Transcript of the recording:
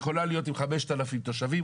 היא יכולה להיות עם 5,000 תושבים,